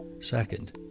Second